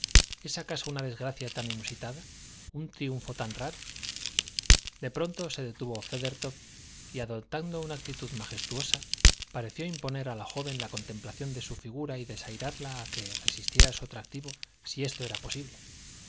es acaso una desgracia tan inusitada un triunfo tan raro de pronto se detuvo feathertop y adoptando una actitud majestuosa pareció imponer a la joven la contemplación de su figura y desafiarla a que resistiera su atractivo si esto era posible